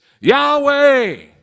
Yahweh